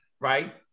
right